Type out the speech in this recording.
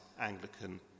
Anglican